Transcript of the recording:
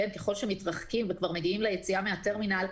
ככל שמתרחקים וכבר מגיעים ליציאה מהטרמינל,